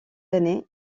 années